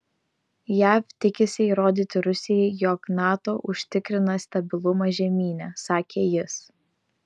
jav tikisi įrodyti rusijai jog nato užtikrina stabilumą žemyne sakė jis